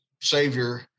savior